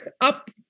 up